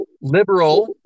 liberal